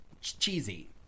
Cheesy